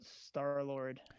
Star-Lord